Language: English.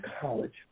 College